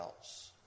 else